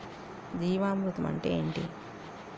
జీవామృతం అంటే ఏంటి?